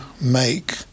make